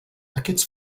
aquests